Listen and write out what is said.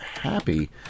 happy